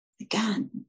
again